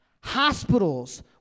hospitals